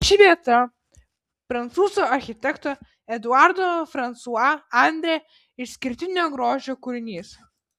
ši vieta prancūzų architekto eduardo fransua andrė išskirtinio grožio kūrinys